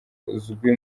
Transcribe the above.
uzwi